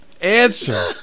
answer